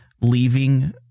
leaving